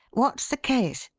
what's the case?